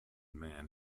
man